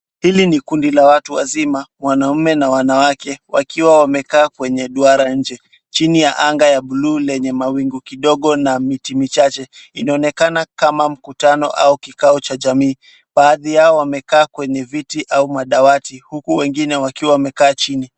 Hili ni kundi la watu wazima, wanaume na wanawake wakiwa wameketi kwenye duara, chini ya anga ya buluu lenye mawingu kidogo na miti michache. Inaonekana kama mkutano au kikao cha jamii. Baadhi yao wamekaa kwenye viti au madawati huku wengine wakiwa wamekaa chini.